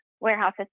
warehouses